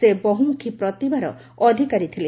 ସେ ବହୁମୁଖୀ ପ୍ରତିଭାର ଅଧିକାରୀ ଥିଲେ